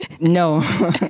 no